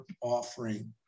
offering